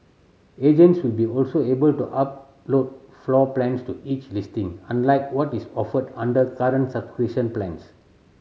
agents will be also able to upload floor plans to each listing unlike what is offered under current subscription plans